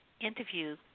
interview